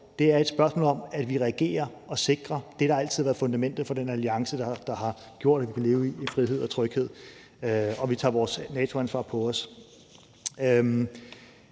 Det er et spørgsmål om, at vi reagerer og sikrer det, der altid har været fundamentet for den alliance, der har gjort, at vi kunne leve i frihed og tryghed, og at vi tager vores NATO-ansvar på os.